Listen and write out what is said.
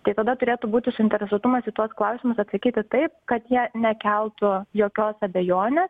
tai tada turėtų būti suinteresuotumas į tuos klausimus atsakyti taip kad jie nekeltų jokios abejonės